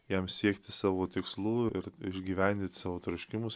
jam siekti savo tikslų ir ir gyvendyt savo troškimus